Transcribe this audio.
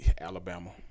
Alabama